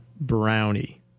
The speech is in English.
Brownie